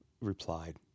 replied